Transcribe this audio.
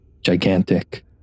gigantic